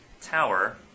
tower